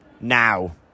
Now